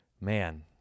Man